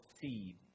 seed